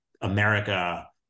America